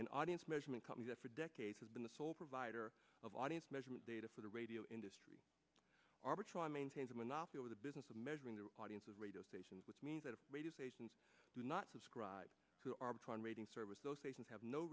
an audience measurement company that for decades has been the sole provider of audience measurement data for the radio industry arbitron maintains a monopoly over the business of measuring the audience of radio stations which means that radio stations do not subscribe to arbitron rating service those stations have no